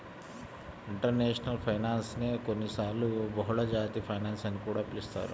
international finance నే కొన్నిసార్లు బహుళజాతి ఫైనాన్స్ అని కూడా పిలుస్తారు